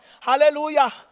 Hallelujah